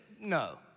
no